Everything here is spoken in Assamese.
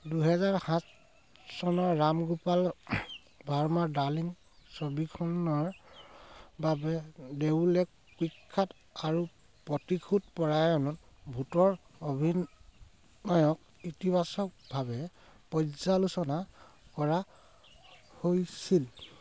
দুহেজাৰ সাত চনত ৰাম গোপাল ভাৰ্মাৰ ডাৰ্লিং ছবিখনৰ বাবে দেওলে কুখ্যাত আৰু প্ৰতিশোধপৰায়ণ ভূতৰ অভিনয়ক ইতিবাচকভাৱে পৰ্যালোচনা কৰা হৈছিল